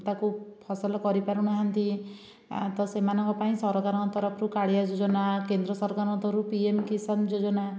ତାକୁ ଫସଲ କରିପାରୁନାହାନ୍ତି ତ ସେମାନଙ୍କ ପାଇଁ ସରକାରଙ୍କ ତରଫରୁ କାଳିଆ ଯୋଜନା କେନ୍ଦ୍ର ସରକାରଙ୍କ ତରଫରୁ ପିଏମ୍ କିଶାନ୍ ଯୋଜନା